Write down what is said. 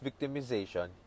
victimization